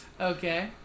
Okay